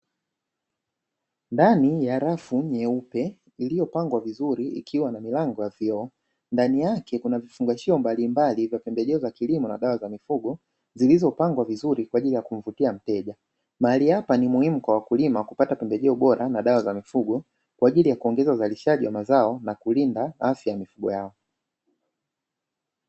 Ndani ya rafu nyeupe iliyopangwa vizuri ikiwa na milango ya vioo ndani yake kuna vifungashio mbalimbali vya pembejeo za kilimo na dawa za mifugo zilizopangwa vizuri kwa ajili ya kumvutia mteja. Mahali hapa ni muhimu kwa wakulima kupata pembejeo bora na dawa za mifugo kwa ajili ya kuongeza uzalishaji wa mazao na kulinda afya ya mifugo yao.